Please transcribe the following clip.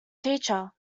teacher